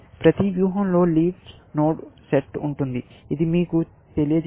ప్రతి వ్యూహంలో లీఫ్ నోడ్ల సెట్ ఉంటుంది ఇది మీకు తెలియజేస్తుంది